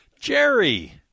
Jerry